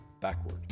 backward